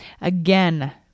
Again